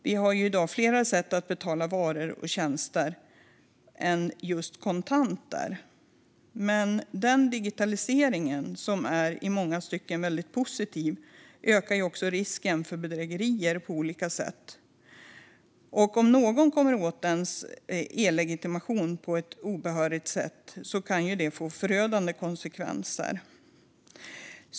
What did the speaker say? Vi har ju i dag fler sätt att betala varor och tjänster än just kontanter. Med den digitalisering som i många stycken är väldigt positiv ökar också risken för bedrägerier på olika sätt, och om någon kommer åt ens e-legitimation på ett obehörigt sätt kan det få förödande konsekvenser.